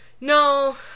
No